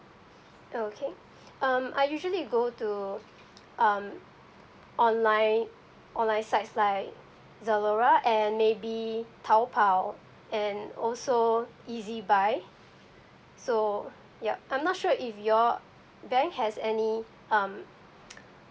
oh okay um I usually go to um online online sites like zalora and maybe taobao and also ezbuy so yup I'm not sure if your bank has any um